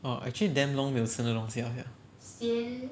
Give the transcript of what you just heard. oh actually damn long never 没有吃那个东西了 sia